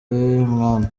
mwana